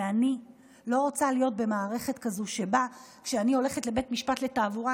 ואני לא רוצה להיות במערכת כזאת שבה כשאני הולכת לבית משפט לתעבורה,